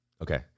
Okay